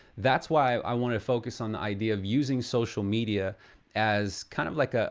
that's why i want to focus on the idea of using social media as kind of like ah